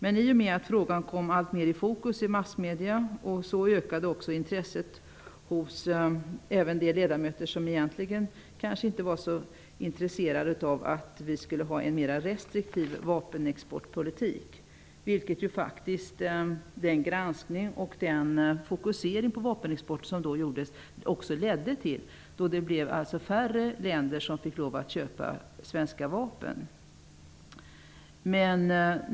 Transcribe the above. Men i och med att frågan kom allt mer i fokus i massmedia ökade också intresset hos även de ledamöter som egentligen kanske inte var så intresserade av att vi skulle ha en mera restriktiv vapenexportpolitik, vilket ju faktiskt granskningen och den fokusering på vapenexporten som då gjordes också ledde till. Färre länder fick alltså lov att köpa svenska vapen.